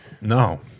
No